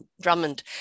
Drummond